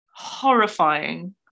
Horrifying